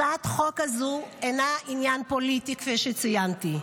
הצעת החוק הזו אינה עניין פוליטי, כפי שציינתי,